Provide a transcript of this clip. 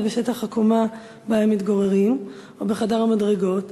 בשטח הקומה שבה הם מתגוררים או בחדר המדרגות,